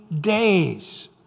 days